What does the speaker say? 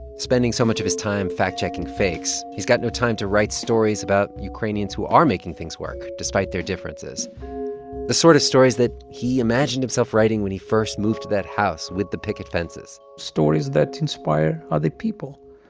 spending so much of his time fact-checking fakes, he's got no time to write stories about ukrainians who are making things work, despite their differences the sort of stories that he imagined himself writing when he first moved to that house with the picket fences. stories that inspire other people.